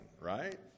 Right